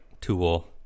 tool